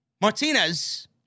Martinez